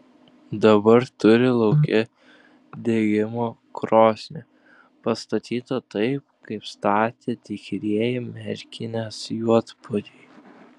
dabar turi lauke degimo krosnį pastatytą taip kaip statė tikrieji merkinės juodpuodžiai